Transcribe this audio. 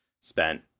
spent